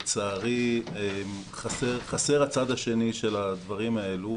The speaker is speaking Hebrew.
לצערי חסר הצד השני של הדברים האלה,